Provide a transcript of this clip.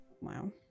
wow